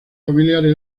familiares